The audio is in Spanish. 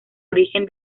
origen